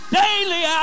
daily